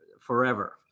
forever